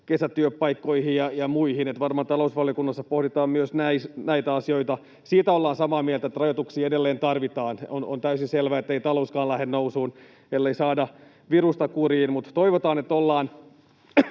kesätyöpaikkoihin ja muihin. Varmaan talousvaliokunnassa pohditaan myös näitä asioita. Siitä ollaan samaa mieltä, että rajoituksia edelleen tarvitaan. On täysin selvää, ettei talouskaan lähde nousuun, ellei saada virusta kuriin. Mutta toivotaan, että ollaan